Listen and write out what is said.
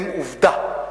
הם עובדה.